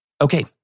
Okay